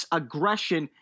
aggression